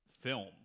film